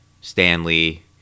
stanley